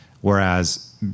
whereas